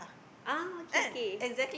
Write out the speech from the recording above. ah okay kay